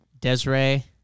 Desiree